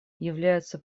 являются